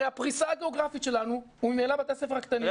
הרי הפרישה הגיאוגרפית שלנו וממילא בתי הספר הקטנים,